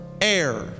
air